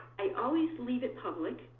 i always leave it public.